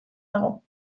dago